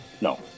no